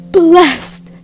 blessed